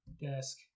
desk